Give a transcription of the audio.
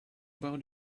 about